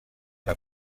pas